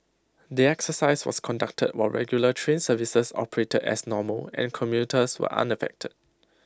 the exercise was conducted while regular train services operated as normal and commuters were unaffected